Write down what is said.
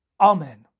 Amen